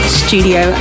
studio